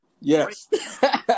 yes